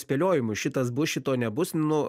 spėliojimu šitas bus šito nebus nu